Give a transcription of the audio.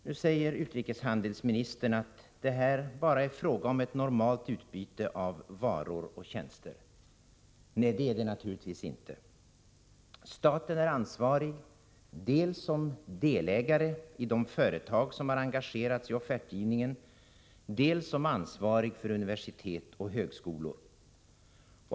Nu säger utrikeshandelsministern att det här bara är fråga om ett normalt utbyte av varor och tjänster. Det är det naturligtvis inte. Staten är dels delägare i de företag som har engagerats i offertgivningen, dels ansvarig för universitet och högskolor.